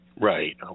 Right